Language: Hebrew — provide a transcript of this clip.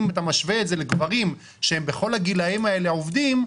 אם אתה משווה את זה לגברים שבכל הגילים האלה עובדים,